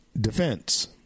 defense